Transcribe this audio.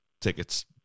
tickets